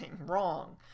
wrong